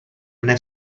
mne